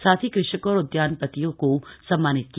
साथ ही कृषकों और उद्यानपतियों को सम्मानित किया